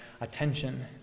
attention